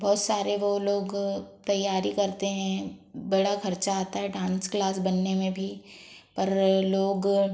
बहुत सारे वह लोग तैयारी करते हैं बड़ा खर्चा आता है डांस क्लास बनने में भी और लोग